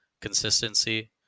consistency